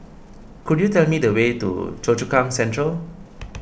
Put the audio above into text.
could you tell me the way to Choa Chu Kang Central